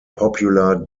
popular